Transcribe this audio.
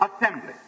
Assembly